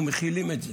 אנחנו מכילים את זה.